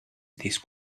this